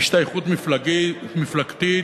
השתייכות מפלגתית,